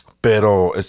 Pero